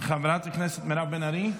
חברת הכנסת מירב בן ארי?